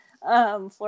Florida